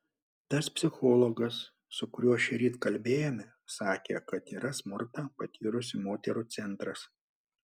tas psichologas su kuriuo šįryt kalbėjome sakė kad yra smurtą patyrusių moterų centras